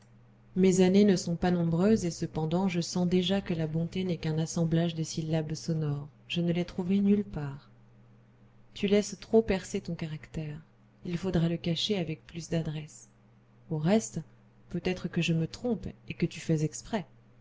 mes années ne sont pas nombreuses et cependant je sens déjà que la bonté n'est qu'un assemblage de syllabes sonores je ne l'ai trouvée nulle part tu laisses trop percer ton caractère il faudrait le cacher avec plus d'adresse au reste peut-être que je me trompe et que tu fais exprès